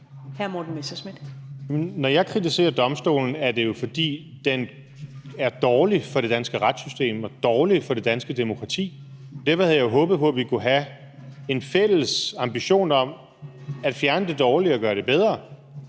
Morten Messerschmidt (DF): Når jeg kritiserer domstolen, er det jo, fordi den er dårlig for det danske retssystem og dårlig for det danske demokrati. Derfor havde jeg håbet på, at vi kunne have en fælles ambition om at fjerne det dårlige og gøre det bedre.